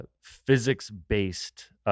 physics-based